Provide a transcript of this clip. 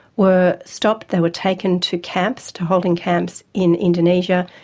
were stopped and were taken to camps, to holding camps, in indonesia,